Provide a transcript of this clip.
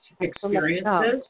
experiences